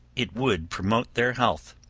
it would promote their health.